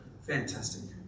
Fantastic